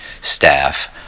staff